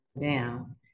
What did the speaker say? down